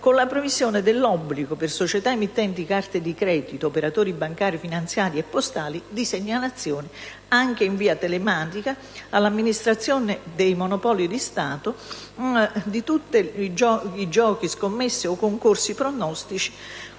con la previsione dell'obbligo, per le società emittenti carte di credito, per gli operatori bancari, finanziari e postali, di segnalare in via telematica all'Amministrazione autonoma dei monopoli di Stato tutti i giochi, le scommesse o i concorsi pronostici